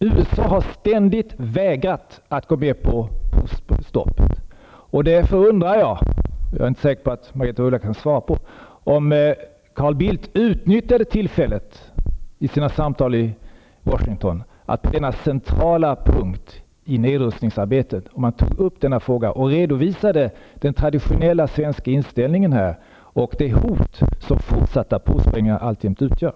USA har ständigt vägrat att gå med på stopp för provsprängningar. Därför undrar jag, men jag är inte säker på att Margaretha af Ugglas kan svara på det, om Carl Bildt utnyttjade tillfället vid sina samtal i Washington att ta upp denna centrala punkt i nedrustningsarbetet och redovisa den traditionella svenska inställningen och det hot som de fortsatta provsprängningarna alltjämt utgör.